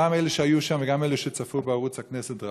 גם אלה שהיו שם וגם אלה שצפו בערוץ הכנסת,